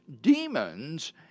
demons